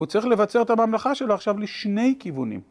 הוא צריך לבצר את הממלכה שלו עכשיו לשני כיוונים.